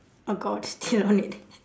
oh god still on it